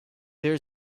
there